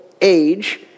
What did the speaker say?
age